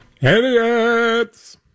Idiots